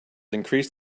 increased